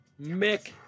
Mick